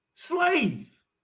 Slave